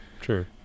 True